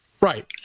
Right